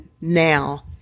now